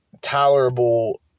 tolerable